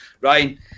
Ryan